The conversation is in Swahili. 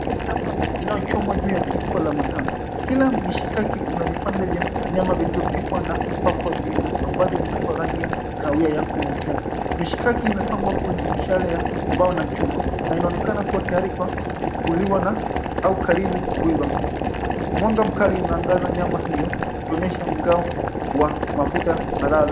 Nyama inayochomwa juu ya jiko la makaa. Kila mishikaki una vipande vya nyama vilivyopikwa na kupakwa viungo ambavyo vinatoa rangi ya kahawia ya kuvutia. Mishikaki imepangwa kwenye mishale ya mbao na chuma na inaonekana kuwa tayari kwa kuliwa na au karibu kuiva. Mwanga mkali unaangaza nyama hiyo ukionyesha mgao wa mafuta na ladha.